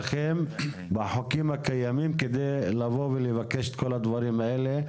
בחוקים הקיימים כדי לבוא ולבקש את כל הדברים הלאה,